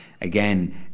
Again